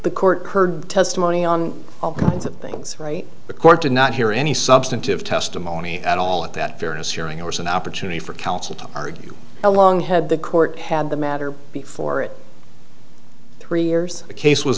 the court heard testimony on all kinds of things right the court did not hear any substantive testimony at all at that various hearing or is an opportunity for counsel to argue along had the court had the matter before it three years the case was